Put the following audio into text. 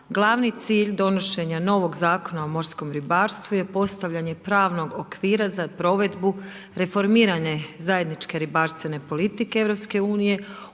Glavni cilj donošenja novog Zakona o morskom ribarstvu je postavljenje pravnog okvira za provedbu reformirane zajedničke ribarstvene politike EU,